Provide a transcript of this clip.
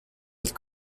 with